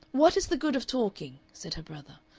what is the good of talking? said her brother.